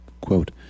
quote